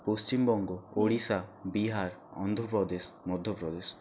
Paschimbanga Orissa Bihar Andhra Pradesh Madhya Pradesh